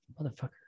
motherfucker